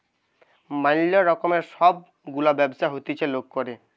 ম্যালা রকমের সব গুলা ব্যবসা হতিছে লোক করে